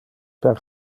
per